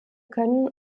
können